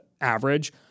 average